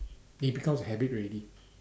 it becomes a habit already